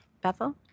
Bethel